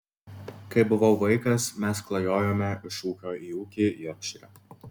kai buvau vaikas mes klajojome iš ūkio į ūkį jorkšyre